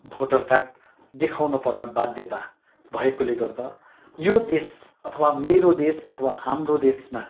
voter card देखाउन पर्न बाध्यता भएकोले गर्दा यो देश अथवा मेरो देश अथवा हाम्रो देशमा